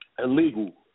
Illegal